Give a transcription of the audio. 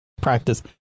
practice